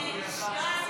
אדוני השר,